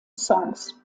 songs